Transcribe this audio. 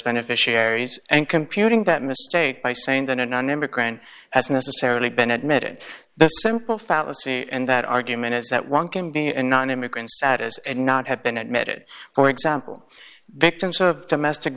beneficiaries and computing that misstate by saying that in an immigrant as necessarily been admitted the simple fallacy and that argument is that one can be and not an immigrant status and not have been admitted for example victims of domestic